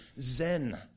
zen